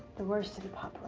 the worst are the